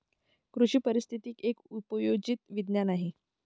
कृषी पारिस्थितिकी एक उपयोजित विज्ञान आहे